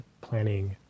planning